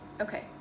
okay